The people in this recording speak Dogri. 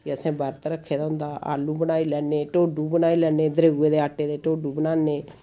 ते असें बरत रक्खे दा होंदा आलू बनाई लैन्ने ढोडू बनाई लैन्ने दरेऊऐ दे आटे दे ढोडू बनान्ने